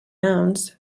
nouns